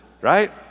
right